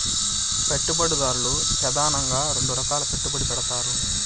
పెట్టుబడిదారులు ప్రెదానంగా రెండు రకాలుగా పెట్టుబడి పెడతారు